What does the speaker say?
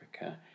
Africa